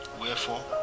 Wherefore